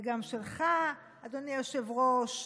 וגם שלך, אדוני היושב-ראש,